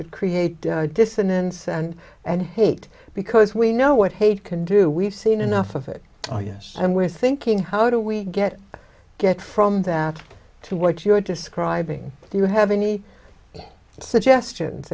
it create dissonance and and hate because we know what hate can do we've seen enough of it yes and we're thinking how do we get get from that to what you're describing do you have any suggestions